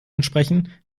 entsprechen